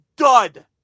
dud